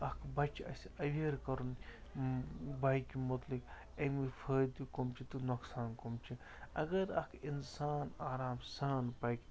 اَکھ بَچہِ اَسہِ اٮ۪وِیَر کَرُن بایکہِ مُتعلِق اَمِکۍ فٲیدٕ کَم چھِ تہٕ نۄقصان کَم چھِ اگر اَکھ اِنسان آرام سان پَکہِ